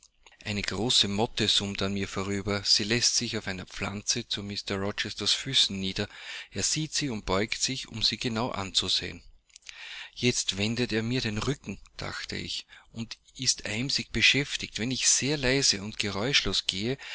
eine große motte summt an mir vorüber sie läßt sich auf einer pflanze zu mr rochesters füßen nieder er sieht sie und beugt sich um sie genau anzusehen jetzt wendet er mir den rücken dachte ich und ist emsig beschäftigt wenn ich sehr leise und geräuschlos gehe